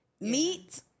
meat